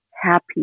happy